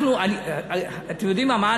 אנחנו, אתם יודעים מה?